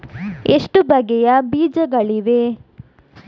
ಎಷ್ಟು ಬಗೆಯ ಬೀಜಗಳಿವೆ?